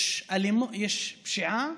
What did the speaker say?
יש פשיעה